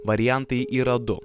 variantai yra du